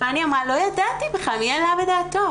פני אמרה 'לא ידעתי בכלל, מי העלה בדעתו'.